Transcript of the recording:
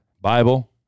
Bible